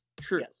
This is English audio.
True